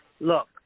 Look